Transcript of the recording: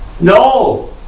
no